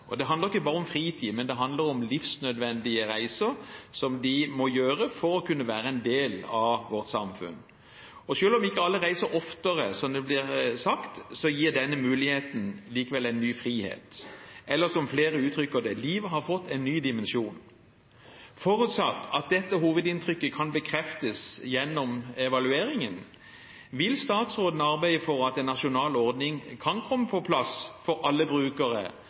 og det handler ikke bare om fritid, men om livsnødvendige reiser som de må gjøre for å kunne være en del av vårt samfunn. Og selv om ikke alle reiser oftere, som det blir sagt, så gir denne muligheten likevel en ny frihet, eller som flere uttrykker det: Livet har fått en ny dimensjon. Forutsatt at dette hovedinntrykket kan bekreftes gjennom evalueringen: Vil statsråden arbeide for at en nasjonal ordning kan komme på plass for alle brukere